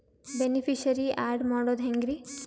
Beneficiary, add ಮಾಡೋದು ಹೆಂಗ್ರಿ?